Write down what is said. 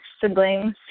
siblings